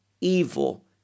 evil